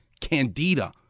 Candida